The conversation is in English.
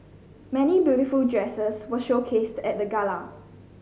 many beautiful dresses were showcased at the gala